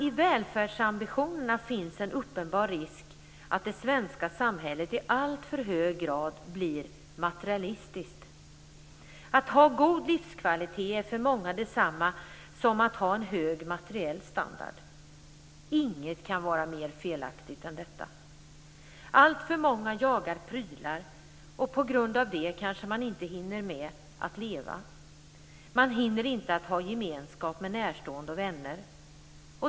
I välfärdsambitionerna finns en uppenbar risk att det svenska samhället i alltför hög grad blir materialistiskt. Att ha god livskvalitet är för många det samma som att ha en hög materiell standard. Inget kan vara mer felaktigt än detta. Alltför många jagar prylar och på grund av det hinner man kanske inte med att leva. Man hinner inte att ha gemenskap med närstående och vänner.